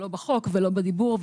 לא בחוק ולא בדיבור,